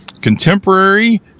contemporary